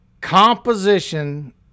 composition